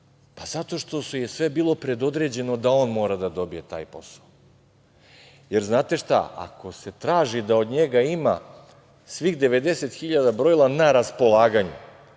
Zato što je sve bilo predodređeno da on mora da dobije taj posao. Jer, znate šta? Ako se traži da od njega ima svih 90.000 brojila na raspolaganju,